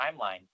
timeline